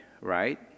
right